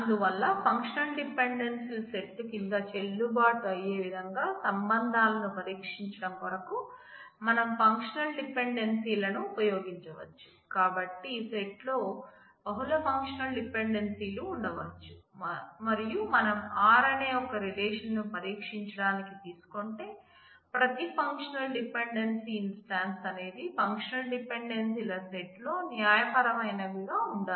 అందువల్ల ఫంక్షనల్ డిపెండెన్సీల అనేది ఫంక్షనల్ డిపెండెన్సీల సెట్ లో న్యాయపరమైనవిగా ఉండాలి